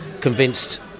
convinced